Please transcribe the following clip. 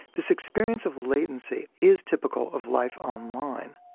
this experience of latency is typical of life online,